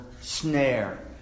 snare